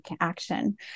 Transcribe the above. action